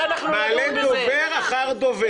מעלה דובר אחרי דובר